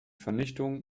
vernichtung